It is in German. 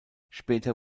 später